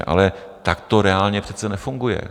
Ale tak to reálně přece nefunguje.